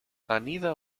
anida